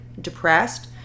depressed